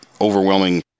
overwhelming